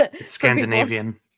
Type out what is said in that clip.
Scandinavian